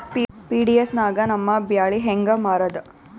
PDS ನಾಗ ನಮ್ಮ ಬ್ಯಾಳಿ ಹೆಂಗ ಮಾರದ?